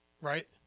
right